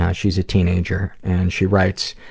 yeah she's a teenager, and she writes,